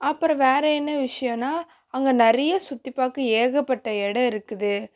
அப்புறோம் வேறு என்ன விஷ்யம்னா அங்கே நிறைய சுற்றிப் பார்க்க ஏகப்பட்ட இடம் இருக்குது